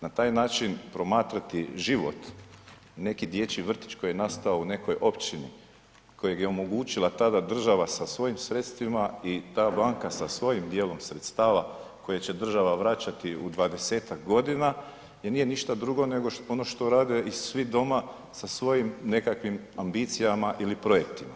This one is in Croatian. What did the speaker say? Na taj način promatrati život, neki dječji vrtić koji je nastao u nekoj općini, kojeg je omogućila tada država sa svojim sredstvima i ta banka sa svojim dijelom sredstava koje će država vraćati u 20-tak godina je nije ništa drugo nego ono što rade i svi doma sa svojim nekakvim ambicijama ili projektima.